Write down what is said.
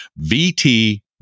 VT